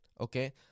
okay